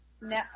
No